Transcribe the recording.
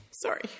Sorry